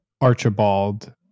Archibald